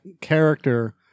character